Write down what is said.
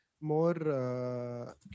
more